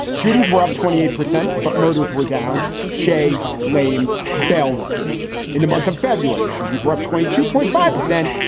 shootings were up twenty eight percent, but murders were down. shea blamed bell reform in the month of february, shootings were up twenty two point five percent.